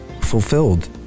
fulfilled